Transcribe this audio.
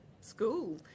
school